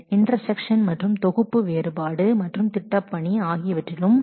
intersection ஆகியவற்றிற்கு இடையில் distribution செய்யப்படுகிறது